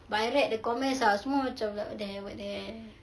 but I read the comments ah semua macam like what the hell what the hell